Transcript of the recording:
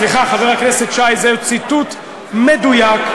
סליחה, חבר הכנסת שי, זהו ציטוט מדויק, לא,